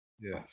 Yes